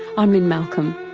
i'm lynne malcolm.